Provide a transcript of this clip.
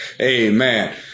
Amen